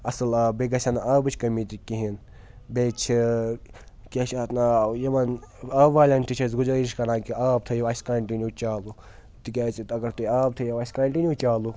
اَصٕل آب بیٚیہِ گژھِ ہا نہٕ آبٕچ کمی تہِ کِہیٖنۍ بیٚیہِ چھِ کیٛاہ چھِ اَتھ ناو یِمَن آبہٕ والٮ۪ن تہِ چھِ أسۍ گُزٲرِش کَران کہِ آب تھٲیِو اَسہِ کَنٹِنیوٗ چالوٗ تِکیٛازِ اگر تُہۍ آب تھٲیو اَسہِ کَنٹِنیوٗ چالوٗ